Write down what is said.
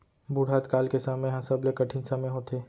बुढ़त काल के समे ह सबले कठिन समे होथे